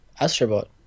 astrobot